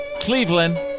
Cleveland